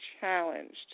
challenged